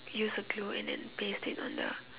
use a glue and then paste it on the